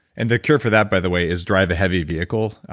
and the cure for that, by the way, is drive a heavy vehicle.